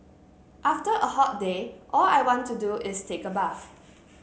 after a hot day all I want to do is take a bath